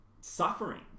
suffering